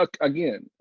again